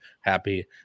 happy